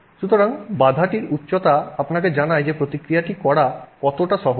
সুতরাং বাধাটির উচ্চতা আপনাকে জানায় যে প্রতিক্রিয়াটি করা কতটা সহজ